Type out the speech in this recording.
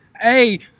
Hey